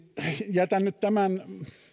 jätän nyt tämän